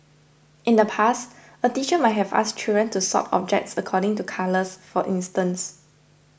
in the past a teacher might have asked children to sort objects according to colours for instance